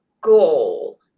goal